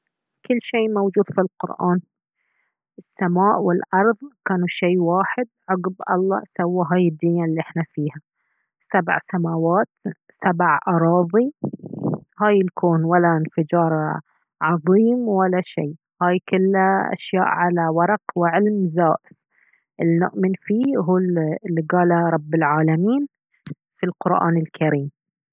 كل شيء موجود في القرآن السماء والأرض كانوا شيء واحد عقب الله سوى هذه الدينا الي احنا فيها سبع سماوات سبع أراضي هاي الكون ولا انفجار عظيم ولا شيء هاي كله أشياء على ورق وعلم زائف الي نؤمن فيه هو الي قاله رب العالمين في القرآن الكريم